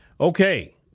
Okay